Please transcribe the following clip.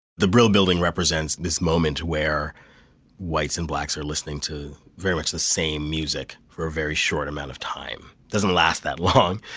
the brill building represents this moment where whites and blacks are listening to very much the same music for a very short amount of time. doesn't last that long.